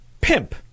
pimp